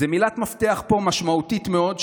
זו מילת מפתח משמעותית מאוד פה,